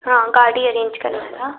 हाँ गाड़ी अरेंज करवाना था